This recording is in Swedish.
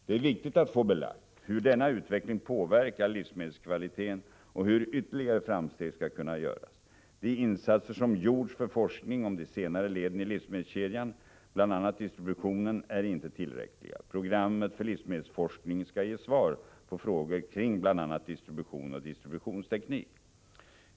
Det är viktigt att få belagt hur denna utveckling påverkar livsmedelskvaliteten och hur ytterligare framsteg skall kunna göras. De insatser som gjorts för forskning om de senare leden i livsmedelskedjan, bl.a. distributionen, är inte tillräckliga. Programmet för livsmedelsforskning skall ge svar på frågor kring bl.a. distribution och distributionsteknik.